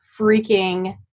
freaking